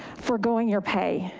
forgoing your pay.